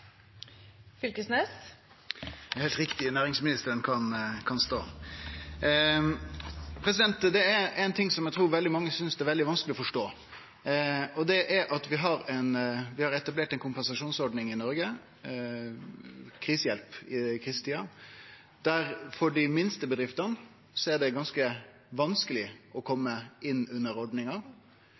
Det er ein ting eg trur veldig mange synest er veldig vanskeleg å forstå, og det er at vi har etablert ei kompensasjonsordning i Noreg, krisehjelp i krisetider, der det for dei minste bedriftene er ganske vanskeleg å kome inn under ordninga,